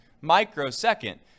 microsecond